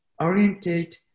oriented